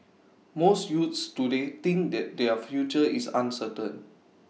most youths today think that their future is uncertain